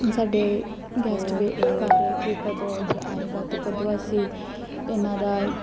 ਸਾਡੇ guest wait ਕਰ ਰਹੇ ਹੈ ਕਿ ਕਦੋਂ ਆਡਰ ਆਏਗਾ ਅਤੇ ਕਦੋਂ ਅਸੀਂ ਇਹਨਾਂ ਦਾ